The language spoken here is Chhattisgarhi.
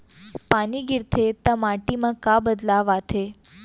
पानी गिरथे ता माटी मा का बदलाव आथे?